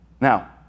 Now